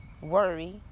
worry